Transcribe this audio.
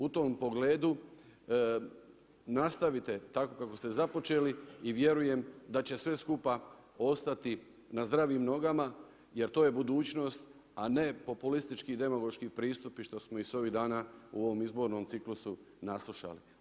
U tom pogledu, nastavite tako kako ste započeli i vjerujem da će sve skupa ostati na zdravim nogama jer to je budućnost a ne populistički i demagoški pristupi što ih se ovih dana u ovom izbornom ciklusu naslušali.